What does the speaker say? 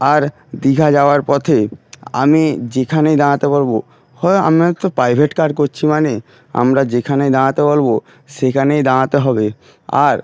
আর দীঘা যাওয়ার পথে আমি যেখানেই দাঁড়াতে বলবো আমার তো প্রাইভেট কার করছি মানে আমরা যেখানেই দাঁড়াতে বলবো সেখানেই দাঁড়াতে হবে আর